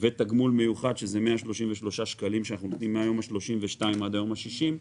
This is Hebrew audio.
ותגמול מיוחד של 133 שקלים שאנחנו נותנים מהיום ה-32 עד היום ה-60.